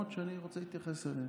אז מה?